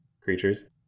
creatures